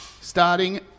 starting